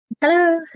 Hello